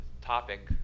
topic